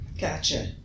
Gotcha